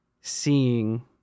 seeing